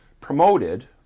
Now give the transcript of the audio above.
promoted